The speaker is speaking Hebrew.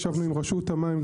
ישבנו עם רשות המים.